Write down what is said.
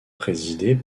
présidée